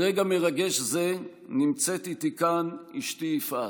ברגע מרגש זה נמצאת איתי כאן אשתי יפעת.